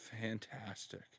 fantastic